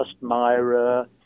Myra